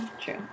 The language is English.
True